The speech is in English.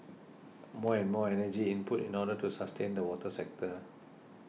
more and more energy input in order to sustain the water sector